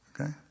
Okay